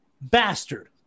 bastard